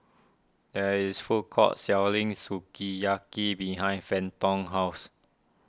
there is food court selling Sukiyaki behind Fenton's house